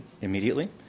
immediately